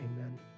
Amen